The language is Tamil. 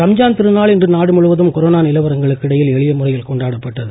ரம்ஜான் ரம்ஜான் திருநாள் இன்று நாடு முழுவதும் கொரோனா நிலவரங்களுக்கு இடையில் எளிய முறையில் கொண்டாடப்பட்டது